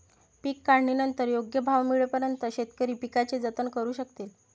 पीक काढणीनंतर योग्य भाव मिळेपर्यंत शेतकरी पिकाचे जतन करू शकतील